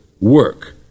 work